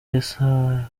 yabasanze